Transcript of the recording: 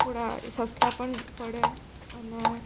થોડાં એ સસ્તાં પણ પડે અને